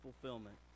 fulfillment